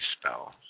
spell